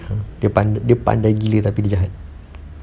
ya dia dia pandai gila tapi dia hati